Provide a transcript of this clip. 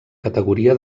categoria